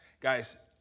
Guys